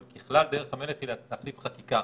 אבל ככלל דרך המלך היא להחליף חקיקה.